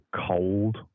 cold